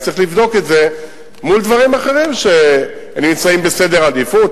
היה צריך לבדוק את זה מול דברים אחרים שנמצאים בעדיפות,